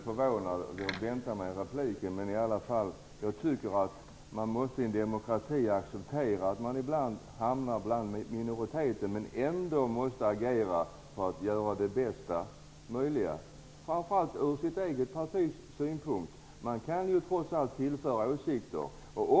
Herr talman! Jag är förvånad. Jag tycker att man i en demokrati måste acceptera att man ibland hamnar i minoritet. Men man måste ändå agera för att göra det bästa möjliga, framför allt från sitt eget partis synpunkt. Man kan ju trots allt tillföra åsikter.